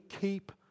keep